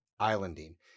islanding